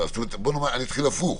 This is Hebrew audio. אני אתחיל הפוך.